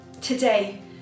Today